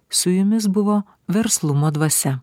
su jumis buvo verslumo dvasia